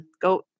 go